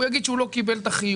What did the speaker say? הוא יגיד שהוא לא קיבל את החיוב,